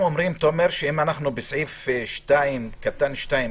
אתם אומרים שאם אנחנו בסעיף קטן (2),